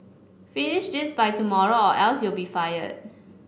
finish this by tomorrow or else you'll be fired